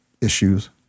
issues